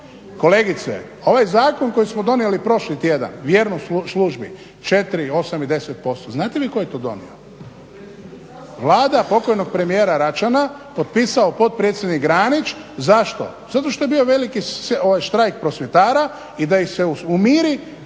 Kolegice, ovaj zakon koji smo donijeli prošli tjedan vjernost službi 4, 8 i 10% znate vi tko je to donio? Vlada pokojnog premijera Račana, potpisao potpredsjednik Granić. Zašto? Zato što je bio veliki štrajk prosvjetara i da ih se umiri